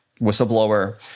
whistleblower